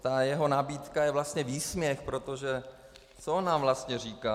Ta jeho nabídka je vlastně výsměch, protože co on nám vlastně říká?